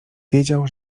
wiedział